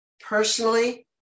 Personally